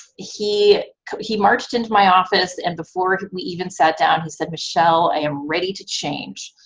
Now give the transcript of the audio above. he he marched into my office and before we even sat down he said, michelle, i am ready to change.